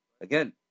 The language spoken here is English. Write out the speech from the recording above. again